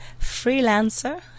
freelancer